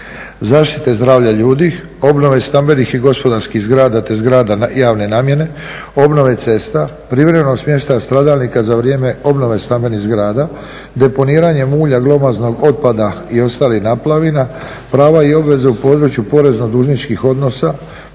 zaštite zdravlja ljudi, obnove stambenih i gospodarskih zgrada, te zgrada javne namjene, obnove cesta, privremenog smještaja stradalnika za vrijeme obnove stambenih zgrada, deponiranje mulja, glomaznog otpada i ostalih napalavina, prava i obveze u području porezno dužničkih odnosa,